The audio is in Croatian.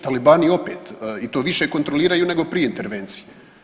Talibani opet, i to više kontroliraju nego prije intervencije.